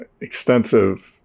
extensive